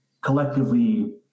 collectively